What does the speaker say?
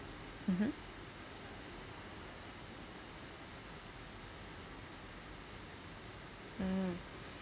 mmhmm mm